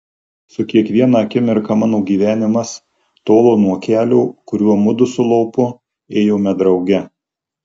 su kiekviena akimirka mano gyvenimas tolo nuo kelio kuriuo mudu su lopu ėjome drauge